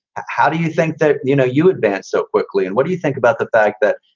how do you think that, you know, you advance so quickly? and what do you think about the fact that,